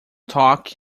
toque